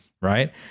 right